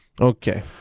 Okay